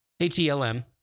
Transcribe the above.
H-E-L-M